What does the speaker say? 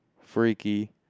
Freaky